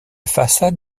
façade